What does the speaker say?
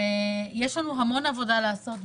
ויש לנו המון עבודה לעשות,